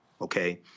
Okay